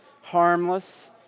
harmless